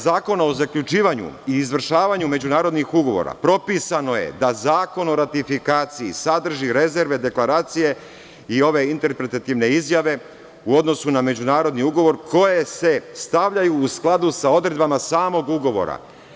Zakona o zaključivanju i izvršavanju međunarodnih ugovora propisano je da zakon o ratifikaciji sadrži rezerve deklaracije i ove interpretativne izjave u odnosu na međunarodni ugovor, koje se stavljaju u skladu sa odredbama samog ugovora.